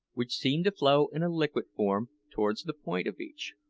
which seemed to flow in a liquid form towards the point of each,